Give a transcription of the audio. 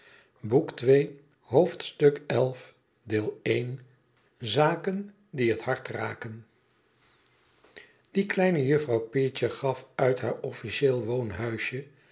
zaken die hst hart raken die kleine jufvrouw peecher gaf uit haar officieel